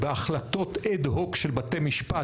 שבהחלטות אד הוק של בתי משפט,